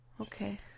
Okay